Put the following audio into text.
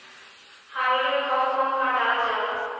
Hybrid में कउन कउन खाद डालल जाला?